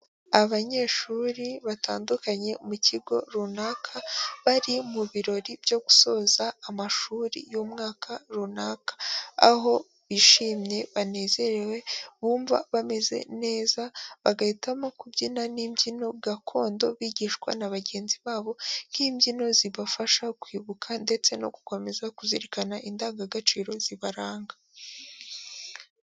Abanyeshuri batandukanye mu kigo runaka, bari mu birori byo gusoza amashuri y'umwaka runaka. Aho bishimye banezerewe bumva bameze neza, bagahitamo kubyina n'imbyino gakondo bigishwa na bagenzi babo, nk'imbyino zibafasha kwibuka ndetse no gukomeza kuzirikana indangagaciro zibaranga.